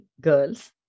girls